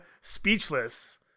speechless